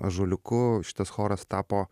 ąžuoliuku šitas choras tapo